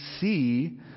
see